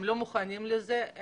הם לא מוכנים לזה,